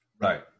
Right